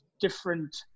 different